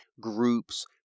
groups